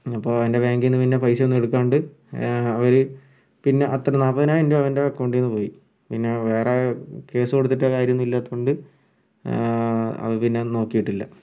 അപ്പോൾ അവൻ്റെ ബാങ്കിൽ നിന്ന് പിന്നെ പൈസ ഒന്നും എടുക്കാണ്ട് അവർ പിന്ന അത്ര നാല്പതിനായിരം രൂപ അവൻ്റെ അക്കൗണ്ടിൽ നിന്ന് പോയി പിന്നെ വേറെ കേസു കൊടുത്തിട്ടൊ കാര്യം ഒന്നും ഇല്ലാത്തതുകൊണ്ട് അത് പിന്നെ നോക്കിയിട്ടില്ല